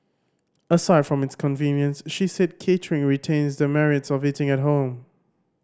aside from its convenience she said catering retains the merits of eating at home